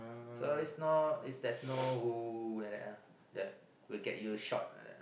so it's not is there's no !ooh! like that would get you shot